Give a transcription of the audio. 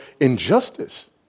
injustice